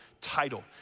title